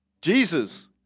Jesus